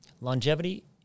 longevity